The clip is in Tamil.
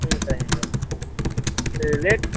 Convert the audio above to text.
ம் சரிங்க சார் சரி ரேட்